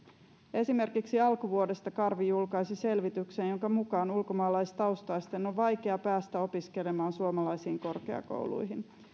esimerkiksi alkuvuodesta karvi julkaisi selvityksen jonka mukaan ulkomaalaistaustaisten on vaikea päästä opiskelemaan suomalaisiin korkeakouluihin